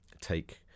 take